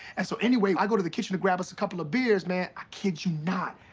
and so anyway, i go to the kitchen to grab us a couple of beers, man. i kid you not,